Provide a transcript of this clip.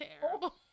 terrible